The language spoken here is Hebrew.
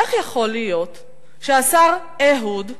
איך יכול להיות שהשר אהוד,